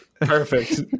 Perfect